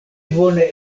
bone